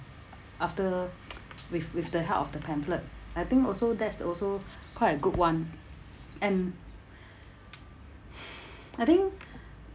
after with with the help of the pamphlet I think also that's also quite a good [one] and I think